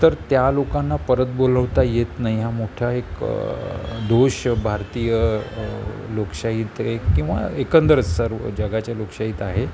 तर त्या लोकांना परत बोलवता येत नाई हा मोठा एक दोष भारतीय लोकशाहीत किंवा एकंदरच सर्व जगाच्या लोकशाहीत आहे